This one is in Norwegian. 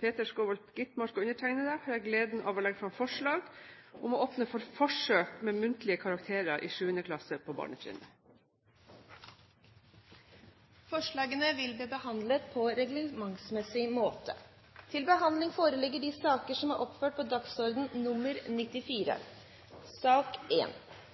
Peter Skovholt Gitmark og undertegnede har jeg gleden av å legge fram forslag om å åpne for forsøk med muntlige karakterer i 7. klasse på barnetrinnet. Forslagene vil bli behandlet på reglementsmessig måte.